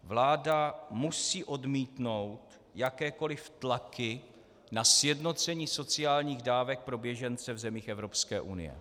Vláda musí odmítnout jakékoli tlaky na sjednocení sociálních dávek pro běžence v zemích Evropské unie.